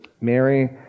Mary